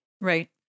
Right